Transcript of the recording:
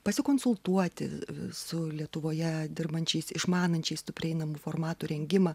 pasikonsultuoti su lietuvoje dirbančiais išmanančiais tų prieinamų formatų rengimą